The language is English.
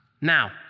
Now